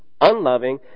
Unloving